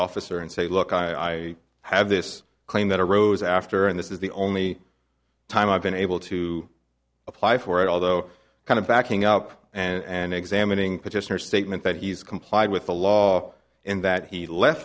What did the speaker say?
officer and say look i have this claim that arose after and this is the only time i've been able to apply for it although kind of backing up and examining petitioner statement that he's complied with the law and that he left